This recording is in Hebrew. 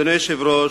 אדוני היושב-ראש,